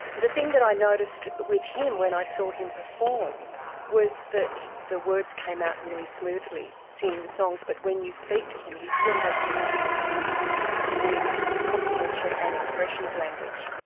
the thing that i noticed with him when i saw him perform was that the words came out really smoothly singing the songs, but when you speak to him he still has a bit of difficulty with comprehension and expression of language.